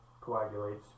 coagulates